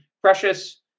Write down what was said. precious